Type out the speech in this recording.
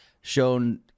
shown